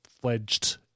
fledged